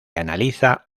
analiza